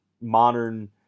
modern